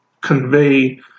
convey